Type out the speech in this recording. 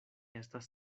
estas